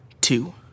two